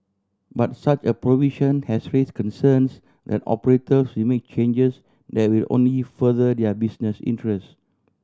but such a provision has raise concerns that operators will make changes that will only if further their business interest